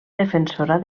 defensora